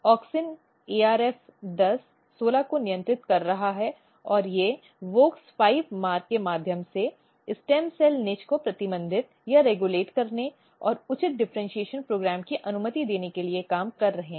auxin ARF 10 16 को नियंत्रित कर रहा है और ये WOX5 मार्ग के माध्यम से स्टेम सेल आला को प्रतिबंधित या रेगुलेट करने और उचित डिफरेन्शीऐशन कार्यक्रम की अनुमति देने के लिए काम कर रहे हैं